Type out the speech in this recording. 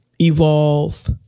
evolve